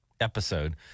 episode